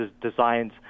designs